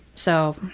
so,